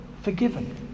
forgiven